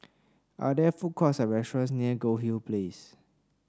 are there food courts or restaurants near Goldhill Place